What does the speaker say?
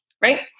right